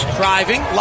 driving